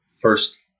first –